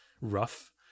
rough